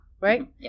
right